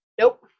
Nope